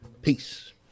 Peace